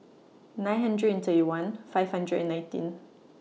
nine hundred and thirty one five hundred and nineteen